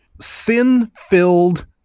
sin-filled